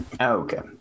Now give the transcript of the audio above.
Okay